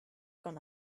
gone